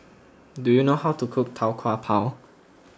do you know how to cook Tau Kwa Pau